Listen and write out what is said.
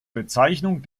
bezeichnung